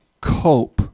cope